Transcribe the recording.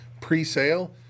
pre-sale